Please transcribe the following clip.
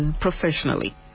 professionally